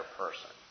person